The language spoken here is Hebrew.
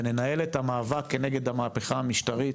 וננהל את המאבק כנגד המהפכה המשטרית,